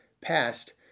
passed